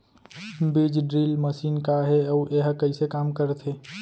बीज drill machine का हे अऊ एहा कइसे काम करथे?